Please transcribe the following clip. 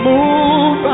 Move